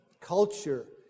Culture